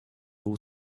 był